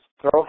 throw